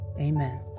Amen